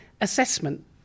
assessment